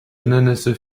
hindernisse